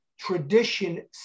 Tradition